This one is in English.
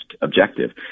objective